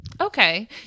okay